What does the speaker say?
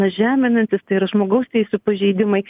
žeminantis tai yra žmogaus teisių pažeidimai